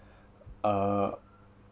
uh